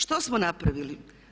Što smo napravili?